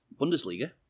Bundesliga